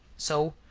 so,